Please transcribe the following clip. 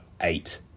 eight